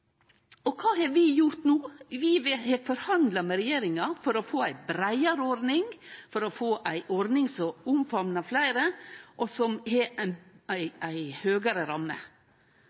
Kva har vi gjort no? Vi har forhandla med regjeringa for å få ei breiare ordning, ei ordning som famnar fleire, og som har ei høgare ramme.